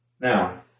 Now